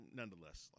nonetheless